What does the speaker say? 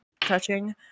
touching